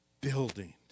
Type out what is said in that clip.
building